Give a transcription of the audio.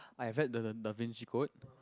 I read the the Da Vinci Code